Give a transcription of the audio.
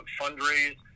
fundraise